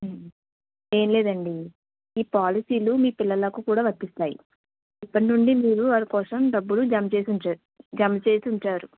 ఏంలేదండి ఈ పాలసీలు మీ పిల్లలకు కూడా వర్తిస్తాయి ఇప్పటి నుండి మీరు వాళ్ళ కోసం డబ్బులు జమచేసి ఉంచా జమచేసి ఉంచారు